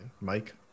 Mike